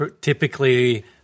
typically